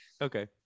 okay